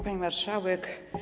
Pani Marszałek!